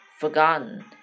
Forgotten